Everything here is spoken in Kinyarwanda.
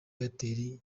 airtel